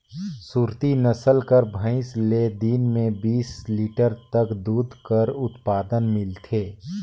सुरती नसल कर भंइस ले दिन में बीस लीटर तक दूद कर उत्पादन मिलथे